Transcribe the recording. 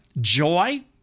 Joy